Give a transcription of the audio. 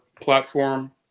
platform